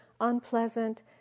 unpleasant